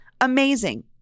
amazing